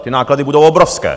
Ty náklady budou obrovské!